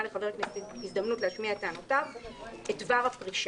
לחבר הכנסת הזדמנות להשמיע את טענותיו את דבר הפרישה".